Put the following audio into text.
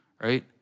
right